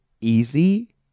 easy